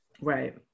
right